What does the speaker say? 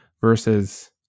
versus